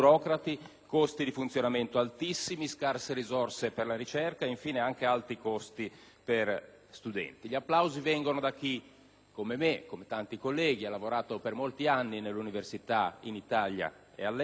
costi di funzionamento, scarse risorse per la ricerca ed, infine, anche alti costi per gli studenti. Gli applausi vengono da chi, come me e come tanti colleghi, ha lavorato per molti anni nell'università in Italia ed all'estero;